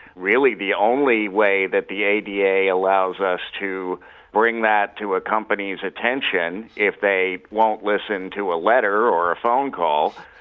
really the only way that the ada allows us to bring that to a company's attention, if they won't listen to a letter or a phone call,